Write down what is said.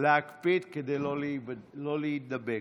להקפיד כדי שלא להידבק.